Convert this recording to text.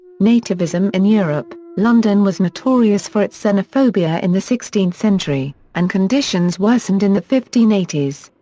nativism in europe london was notorious for its xenophobia in the sixteenth century, and conditions worsened in the fifteen eighty s.